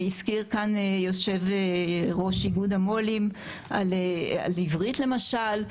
הזכיר כאן יו"ר איגוד המו"לים על עברית למשל,